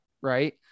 right